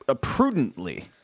prudently